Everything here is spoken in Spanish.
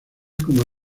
como